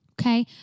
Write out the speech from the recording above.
okay